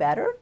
better